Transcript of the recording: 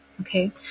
Okay